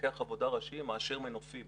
כמפקח עבודה ראשי מאשר מנופים,